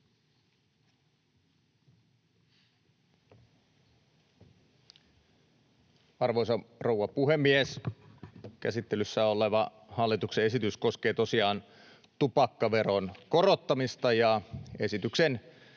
Arvoisa rouva puhemies! Käsittelyssä oleva hallituksen esitys koskee tosiaan tupakkaveron korottamista, ja esityksen